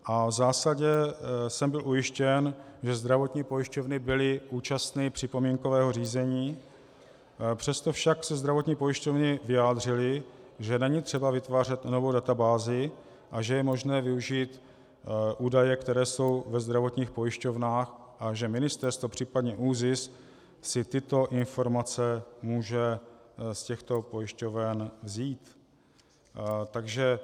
V zásadě jsem byl ujištěn, že zdravotní pojišťovny byly účastny připomínkového řízení, přesto se však zdravotní pojišťovny vyjádřily, že není třeba vytvářet novou databázi a že je možné využít údaje, které jsou ve zdravotních pojišťovnách, a že ministerstvo, případně ÚZIS, si tyto informace může z těchto pojišťoven vzít.